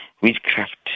witchcraft